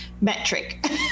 metric